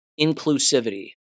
inclusivity